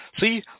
See